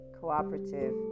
cooperative